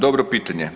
Dobro pitanje.